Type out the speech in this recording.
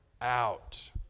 out